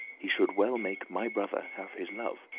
he should well make my brother have his love.